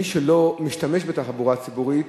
מי שלא משתמש בתחבורה ציבורית,